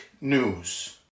news